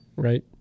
right